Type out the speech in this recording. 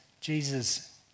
Jesus